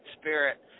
spirit